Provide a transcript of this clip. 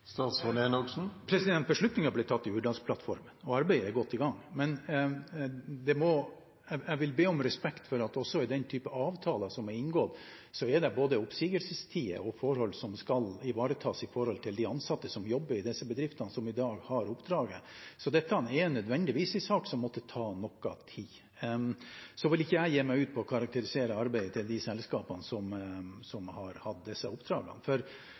tatt i Hurdalsplattformen og arbeidet er godt i gang. Jeg vil be om respekt for at det i den typen avtaler som er inngått, er både oppsigelsestider og forhold som skal ivaretas med tanke på de ansatte som jobber i disse bedriftene som i dag har oppdraget. Så dette er nødvendigvis en sak som må ta noe tid. Så vil jeg ikke begi meg ut på å karakterisere arbeidet til de selskapene som har hatt disse oppdragene. For